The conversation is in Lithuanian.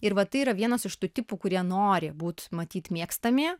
ir va tai yra vienas iš tų tipų kurie nori būt matyt mėgstami